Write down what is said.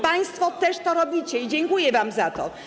Państwo też to robicie i dziękuję wam za to.